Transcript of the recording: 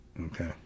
Okay